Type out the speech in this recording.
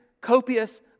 copious